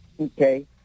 okay